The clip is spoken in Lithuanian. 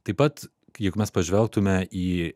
taip pat juk mes pažvelgtume į